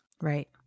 Right